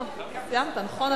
סיימת, נכון?